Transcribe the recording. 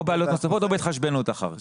או בעלויות נוספות או בהתחשבנות אחר כך.